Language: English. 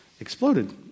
exploded